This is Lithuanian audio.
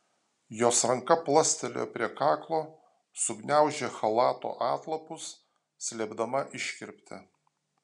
jos ranka plastelėjo prie kaklo sugniaužė chalato atlapus slėpdama iškirptę